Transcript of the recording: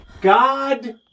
God